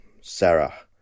Sarah